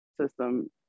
system